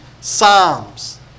psalms